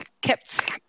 kept